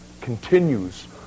continues